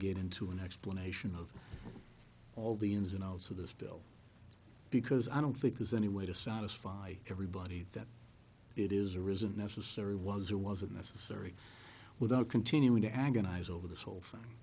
get into an explanation of all the ins and outs of this bill because i don't think there's any way to satisfy everybody that it is or isn't necessary was or wasn't necessary without continuing to agonize over th